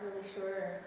sure.